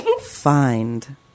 find